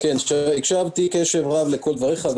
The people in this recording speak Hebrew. הקשבתי קשב רב לכל דבריך,